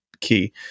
key